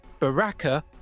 Baraka